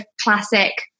classic